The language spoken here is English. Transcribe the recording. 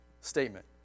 statement